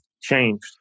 changed